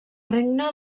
regne